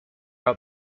out